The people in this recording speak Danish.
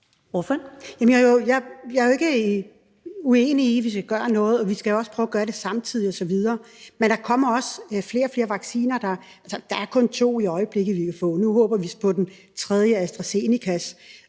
jeg er jo ikke uenig i, at vi skal gøre noget, og at vi også skal prøve at gøre det samtidig osv. Men der kommer også flere og flere vacciner. Der er kun to, vi kan få i øjeblikket, og nu håber vi så på den tredje, AstraZeneca.